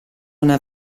una